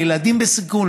לילדים בסיכון,